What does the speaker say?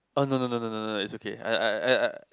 oh no no no no is okay I